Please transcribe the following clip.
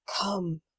come